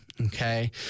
Okay